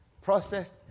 processed